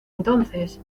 entonces